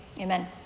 Amen